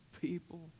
people